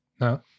No